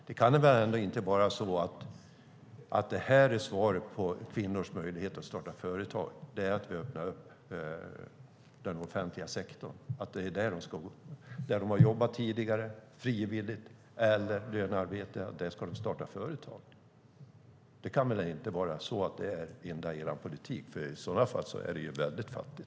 Det kan väl ändå inte vara så att svaret när det gäller kvinnors möjligheter att starta företag är att vi öppnar den offentliga sektorn, där de har jobbat tidigare, frivilligt eller med lönearbete, och att det är där de ska starta företag? Det kan väl inte vara så att det är er enda politik? I så fall är det väldigt fattigt.